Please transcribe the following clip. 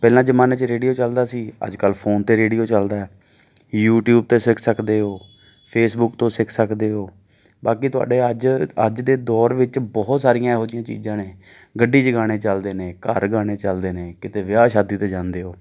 ਪਹਿਲਾਂ ਜ਼ਮਾਨੇ 'ਚ ਰੇਡੀਓ ਚੱਲਦਾ ਸੀ ਅੱਜ ਕੱਲ੍ਹ ਫ਼ੋਨ 'ਤੇ ਰੇਡੀਓ ਚੱਲਦਾ ਯੂਟੀਊਬ 'ਤੇ ਸਿੱਖ ਸਕਦੇ ਹੋ ਫੇਸਬੁੱਕ ਤੋਂ ਸਿੱਖ ਸਕਦੇ ਹੋ ਬਾਕੀ ਤੁਹਾਡੇ ਅੱਜ ਅੱਜ ਦੇ ਦੌਰ ਵਿੱਚ ਬਹੁਤ ਸਾਰੀਆਂ ਇਹੋ ਜਿਹੀਆਂ ਚੀਜ਼ਾਂ ਨੇ ਗੱਡੀ 'ਚ ਗਾਣੇ ਚੱਲਦੇ ਨੇ ਘਰ ਗਾਣੇ ਚੱਲਦੇ ਨੇ ਕਿਤੇ ਵਿਆਹ ਸ਼ਾਦੀ 'ਤੇ ਜਾਂਦੇ ਹੋ